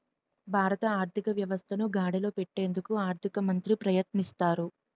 భారత ఆర్థిక వ్యవస్థను గాడిలో పెట్టేందుకు ఆర్థిక మంత్రి ప్రయత్నిస్తారు